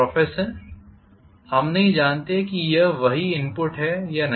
professor हम नहीं जानते कि यह वही इनपुट है या नहीं